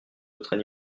autres